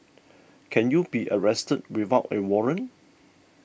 can you be arrested without a warrant